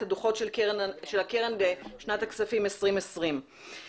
הדוחות של הקרן לשנת הכספים 2020. לבקשתי,